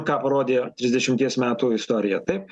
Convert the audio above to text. ką parodė trisdešimies metų istorija taip